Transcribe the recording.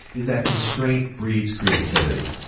is that constraint breeds creativity,